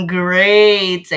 great